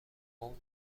اون